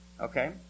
okay